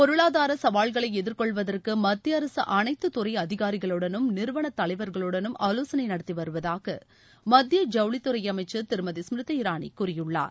பொருளாதாரசவால்களைஎதிர்கொள்வதற்குமத்தியஅரசுஅனைத்துதுறைஅதிகாரிகளுடனும் நிறுவனத் தலைவர்களுடனும் ஆலோசனைநடத்திவருவதாகமத்திய ஜவுளித்துறைஅமைச்சர் திருமதி ஸ்மிரிதி இரானிகூறியுள்ளார்